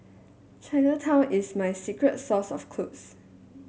Chinatown is my secret source of clothes